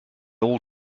all